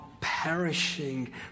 perishing